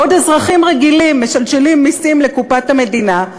בעוד אזרחים רגילים משלשלים מסים לקופת המדינה,